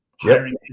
hiring